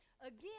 Again